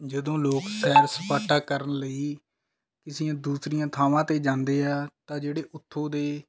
ਜਦੋਂ ਲੋਕ ਸੈਰ ਸਪਾਟਾ ਕਰਨ ਲਈ ਕਿਸੀ ਦੂਸਰੀਆਂ ਥਾਵਾਂ 'ਤੇ ਜਾਂਦੇ ਹੈ ਤਾਂ ਜਿਹੜੇ ਉੱਥੋਂ ਦੇ